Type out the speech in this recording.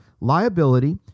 liability